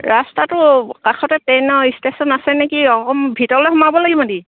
ৰাস্তাটোৰ কাষতে ট্ৰেইনৰ ষ্টেচন আছে নেকি অকণমান ভিতৰলৈ সোমাব লাগিব নেকি